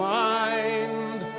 mind